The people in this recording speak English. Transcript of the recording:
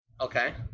Okay